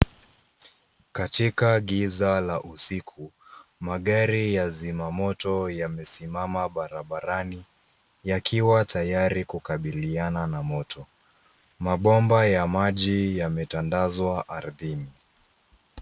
Katika kiza la usiku magari ya sima moto yamesimama barabarani yakiwa tayari kukabiliana na moto, mapomba ya maji yametandaswa aridhini.